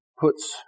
puts